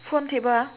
phone table ah